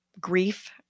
grief